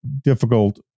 difficult